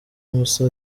mussa